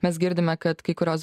mes girdime kad kai kurios